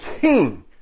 king